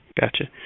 Gotcha